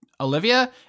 Olivia